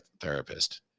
therapist